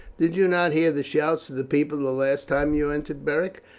did you not hear the shouts of the people the last time you entered, beric?